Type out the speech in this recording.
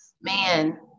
Man